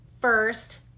First